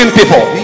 people